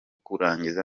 kurangiza